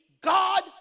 God